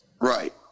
Right